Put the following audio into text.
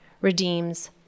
redeems